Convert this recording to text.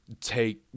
take